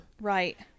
Right